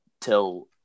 till